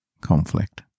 conflict